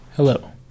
Hello